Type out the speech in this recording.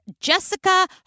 Jessica